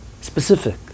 specific